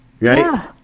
right